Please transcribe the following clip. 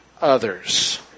others